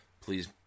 Please